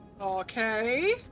Okay